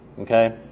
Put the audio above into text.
okay